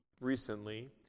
recently